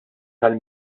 tal